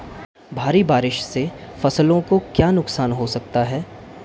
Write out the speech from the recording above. भारी बारिश से फसलों को क्या नुकसान हो सकता है?